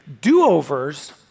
Do-overs